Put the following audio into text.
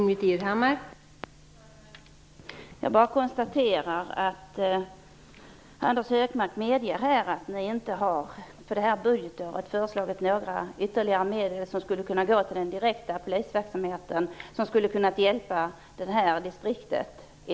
Fru talman! Jag kan bara konstatera att Anders Högmark medger att de inte har föreslagit några ytterligare medel för det här budgetåret som skulle kunna gå till den direkta polisverksamheten och hjälpa det här distriktet.